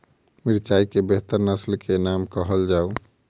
मिर्चाई केँ बेहतर नस्ल केँ नाम कहल जाउ?